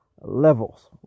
levels